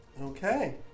Okay